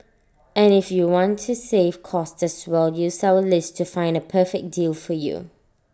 and if you want to save cost as well use our list to find A perfect deal for you